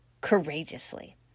courageously